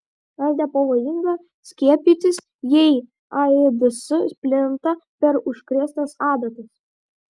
ar nepavojinga skiepytis jei aids plinta per užkrėstas adatas